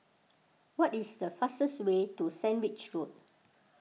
what is the fastest way to Sandwich Road